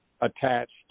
attached